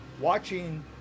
Watching